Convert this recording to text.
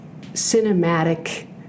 cinematic